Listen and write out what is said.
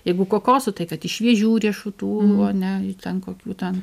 jeigu kokosų tai kad iš šviežių riešutų o ne ten kokių ten